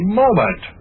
moment